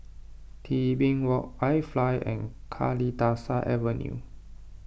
Tebing Walk iFly and Kalidasa Avenue